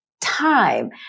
time